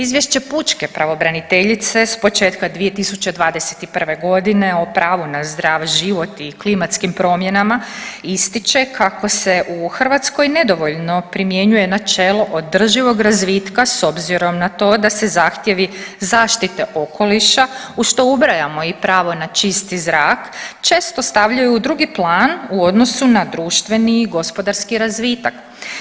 Izvješće pučke pravobraniteljice s početka 2021. godine o pravu na zdrav život i klimatskim promjenama ističe kako se u Hrvatskoj nedovoljno primjenjuje načelo održivog razvitka s obzirom na to da se zahtjevi zaštite okoliša, u što ubrajamo i pravo na čisti zrak često stavljaju u drugi plan u odnosu na društveni i gospodarski razvitak.